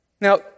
Now